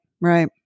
Right